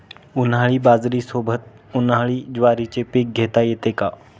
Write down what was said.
उन्हाळी बाजरीसोबत, उन्हाळी ज्वारीचे पीक घेता येते का?